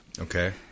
Okay